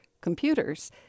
computers